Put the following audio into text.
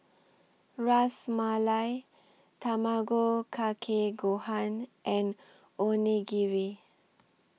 Ras Malai Tamago Kake Gohan and Onigiri